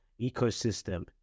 ecosystem